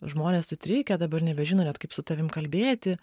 žmonės sutrikę dabar nebežino net kaip su tavim kalbėti